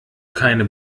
keine